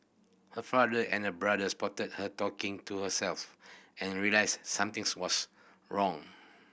her father and brother spotted her talking to herself and realised something's was wrong